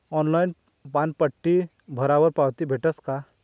Online पानपट्टी भरावर पावती भेटस का?